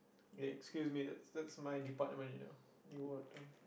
ya excuse me that's that's my department you know newater